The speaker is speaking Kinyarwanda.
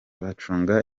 bacunga